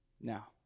now